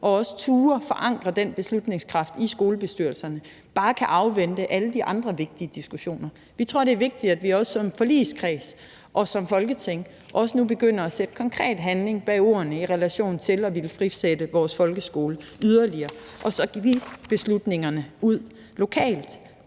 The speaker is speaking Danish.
og også turde forankre den beslutningskraft i skolebestyrelserne bare kan afvente alle de andre vigtige diskussioner. Vi tror, det er vigtigt, at vi som forligskreds og som Folketing nu begynder at sætte konkret handling bag ordene i relation til at ville frisætte vores folkeskole yderligere og lægge beslutningerne ud lokalt,